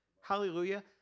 Hallelujah